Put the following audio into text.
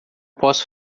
posso